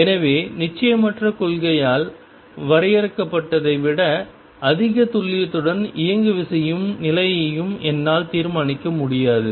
எனவே நிச்சயமற்ற கொள்கையால் வரையறுக்கப்பட்டதை விட அதிக துல்லியத்துடன் இயங்குவிசையும் நிலையையும் என்னால் தீர்மானிக்க முடியாது